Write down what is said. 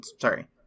sorry